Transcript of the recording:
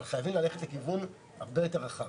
אבל חייבים ללכת לכיוון הרבה יותר רחב.